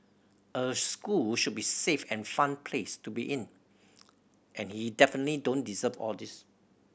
a school should be safe and fun place to be in and he definitely don't deserve all these